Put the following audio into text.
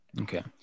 Okay